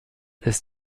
ist